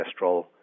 cholesterol